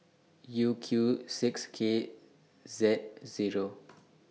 U Q six K Z Zero